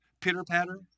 pitter-patter